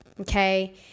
okay